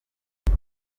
aho